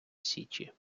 січі